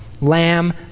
lamb